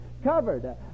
Covered